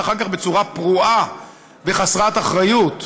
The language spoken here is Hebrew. ואחר כך בצורה פרועה וחסרת אחריות,